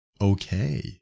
okay